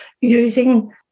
using